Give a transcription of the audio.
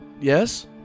Yes